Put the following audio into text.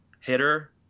hitter